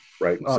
Right